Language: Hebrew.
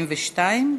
172),